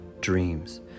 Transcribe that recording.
dreams